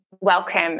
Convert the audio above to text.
welcome